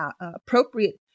appropriate